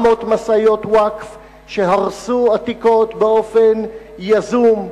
משאיות ווקף שהרסו עתיקות באופן יזום,